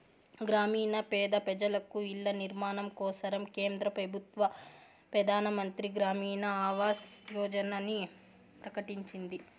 గ్రామీణ పేద పెజలకు ఇల్ల నిర్మాణం కోసరం కేంద్ర పెబుత్వ పెదానమంత్రి గ్రామీణ ఆవాస్ యోజనని ప్రకటించింది